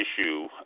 issue